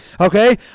Okay